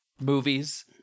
movies